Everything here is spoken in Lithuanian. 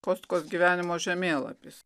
kostkos gyvenimo žemėlapis